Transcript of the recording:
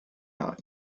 out